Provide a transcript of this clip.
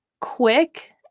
quick